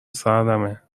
سردمه